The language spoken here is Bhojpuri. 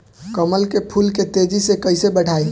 कमल के फूल के तेजी से कइसे बढ़ाई?